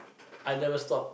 I never stop